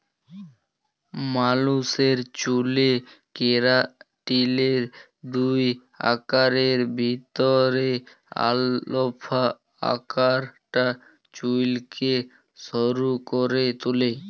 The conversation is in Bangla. মালুসের চ্যুলে কেরাটিলের দুই আকারের ভিতরে আলফা আকারটা চুইলকে শক্ত ক্যরে তুলে